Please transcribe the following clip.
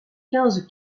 quinze